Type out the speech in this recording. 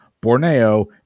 Borneo